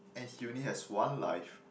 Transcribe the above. and he only has one life